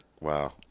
Wow